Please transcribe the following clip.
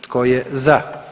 Tko je za?